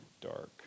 dark